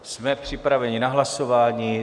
Jsme připraveni na hlasování.